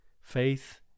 faith